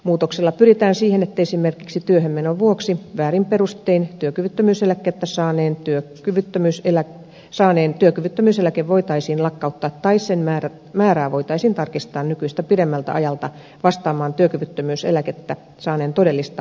muutoksella pyritään siihen että esimerkiksi työhön menon vuoksi väärin perustein työkyvyttömyyseläkettä saaneen työkyvyttömyyseläke voitaisiin lakkauttaa tai sen määrää voitaisiin tarkistaa nykyistä pidemmältä ajalta vastaamaan työkyvyttömyyseläkettä saaneen todellista asiantilaa